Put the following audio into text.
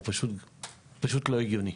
הוא פשוט לא הגיוני.